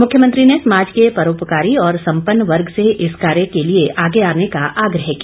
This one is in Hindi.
मुख्यमंत्री ने समाज के परोपकारी और सम्पन्न वर्ग से इस कार्य के लिए आगे आने का आग्रह किया